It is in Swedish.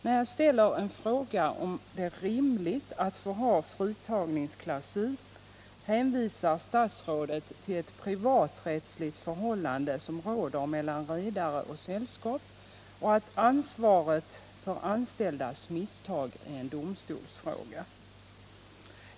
När jag ställer frågan om det är rimligt att få ha en fritagningsklausul, hänvisar statsrådet till ett privaträttsligt förhållande, som råder mellan redare och sällskap och till att ansvaret för anställdas misstag är en domstolsfråga.